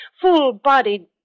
full-bodied